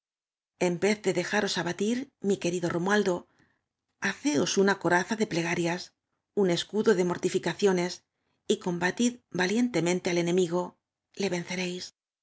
n vez de dejaros abatir mi querido romualdo haceos una coraza de plegarias un escudo de mortiñcaciones y combatid valientemente al enemigo le vence